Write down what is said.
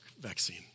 vaccine